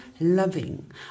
loving